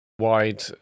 wide